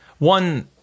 One